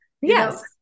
Yes